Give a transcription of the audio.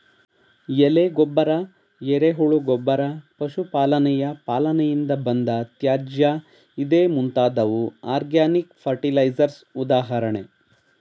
ಎಲೆ ಗೊಬ್ಬರ, ಎರೆಹುಳು ಗೊಬ್ಬರ, ಪಶು ಪಾಲನೆಯ ಪಾಲನೆಯಿಂದ ಬಂದ ತ್ಯಾಜ್ಯ ಇದೇ ಮುಂತಾದವು ಆರ್ಗ್ಯಾನಿಕ್ ಫರ್ಟಿಲೈಸರ್ಸ್ ಉದಾಹರಣೆ